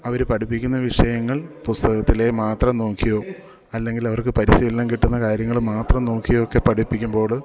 അവർ പഠിപ്പിക്കുന്ന വിഷയങ്ങൾ പുസ്തകത്തിലേ മാത്രം നോക്കിയോ അല്ലെങ്കിൽ അവർക്ക് പരിശീലനം കിട്ടുന്ന കാര്യങ്ങൾ മാത്രം നോക്കിയൊക്കെ പഠിപ്പിക്കുമ്പോൾ